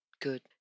good